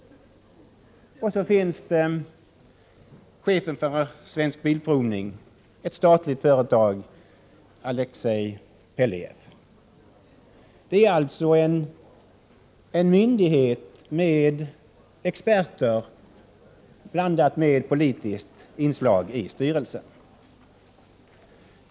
I styrelsen ingår också chefen för det statliga företaget Svensk Bilprovning, Alexej Pellijeff. Transportrådet är alltså en myndighet vars styrelse består av experter, med ett inslag av politiker.